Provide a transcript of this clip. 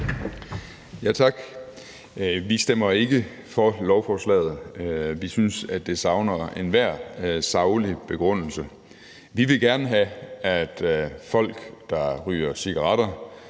Tak. Vi stemmer ikke for lovforslaget. Vi synes, det savner enhver saglig begrundelse. Vi vil gerne have, at folk, der ryger cigaretter,